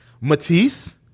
matisse